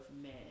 men